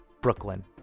Brooklyn